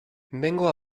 vengo